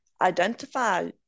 identify